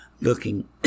looking